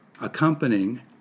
accompanying